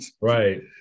Right